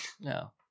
no